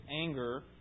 anger